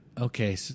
Okay